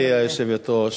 גברתי היושבת-ראש,